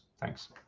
thanks